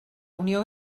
unió